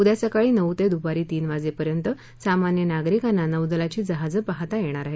उद्या सकाळी नऊ ते दुपारी तीन वाजेपर्यंत सामान्य नागरिकांना नौदलाची जहाजं पाहता येणार आहेत